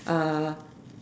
uh